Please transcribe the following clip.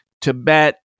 Tibet